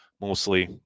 mostly